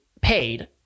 paid